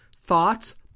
thoughts